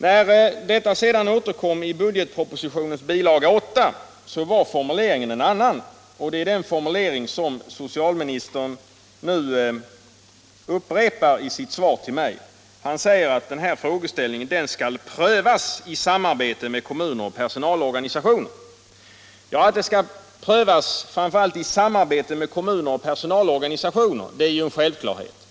När detta sedan återkom i budgetpropositionens bilaga 8 var formuleringen en annan, och det är den formuleringen som socialministern nu upprepar i sitt svar till mig. Han säger att denna frågeställning ”skall prövas i samarbete med kommuner och personalorganisationer”. Att frågan skall prövas i samarbete med framför allt kommuner och personalorganisationer är en självklarhet.